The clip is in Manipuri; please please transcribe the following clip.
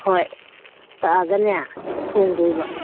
ꯍꯣꯏ ꯇꯛꯑꯒꯅꯦ ꯊꯣꯡꯗꯣꯏꯕ